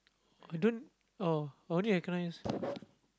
I don't oh I only recognise